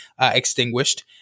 extinguished